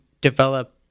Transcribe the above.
develop